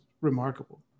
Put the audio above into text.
remarkable